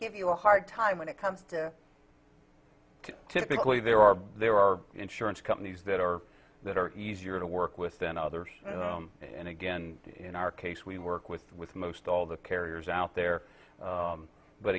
give you a hard time when it comes to typically there are there are insurance companies that are that are easier to work with than others and again in our case we work with most all the carriers out there